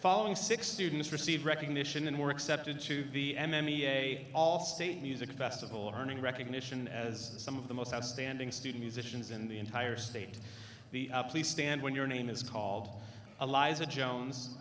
following six students receive recognition and more accepted to be mme a all state music festival earning recognition as some of the most outstanding student musicians in the entire state the please stand when your name is called allies a jones